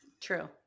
True